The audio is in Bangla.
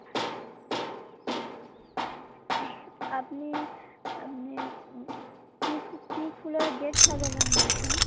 আপনি আপনি কী ফু কী ফুলের গেট সাজাবেন বলছেন